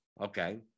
okay